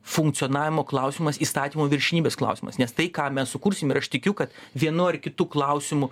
funkcionavimo klausimas įstatymo viršenybės klausimas nes tai ką mes sukursim ir aš tikiu kad vienu ar kitu klausimu